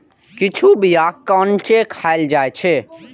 किछु बीया कांचे खाएल जाइ छै